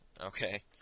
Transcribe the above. Okay